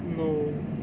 no